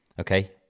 Okay